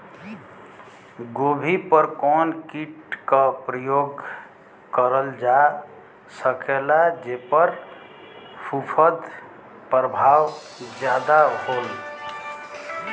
गोभी पर कवन कीट क प्रयोग करल जा सकेला जेपर फूंफद प्रभाव ज्यादा हो?